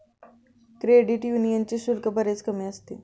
credit यूनियनचे शुल्क बरेच कमी असते